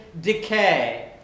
decay